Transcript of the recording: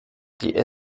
die